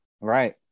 Right